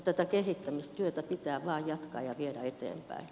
tätä kehittämistyötä pitää vain jatkaa ja viedä eteenpäin